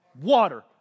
Water